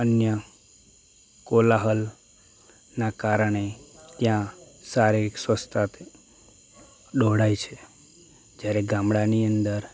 અન્ય કોલાહલ નાં કારણે ત્યાં શારીરિક સ્વસ્થતા દોડાય છે જ્યારે ગામડાની અંદર